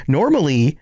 normally